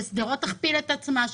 אנחנו רוצים ששדרות תכפיל את עצמה,